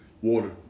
water